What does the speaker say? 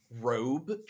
robe